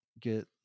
get